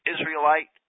Israelite